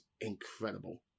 incredible